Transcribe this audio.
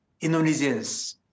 Indonesians